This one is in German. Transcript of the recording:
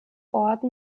orden